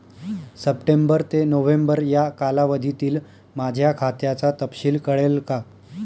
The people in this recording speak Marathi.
सप्टेंबर ते नोव्हेंबर या कालावधीतील माझ्या खात्याचा तपशील कळेल का?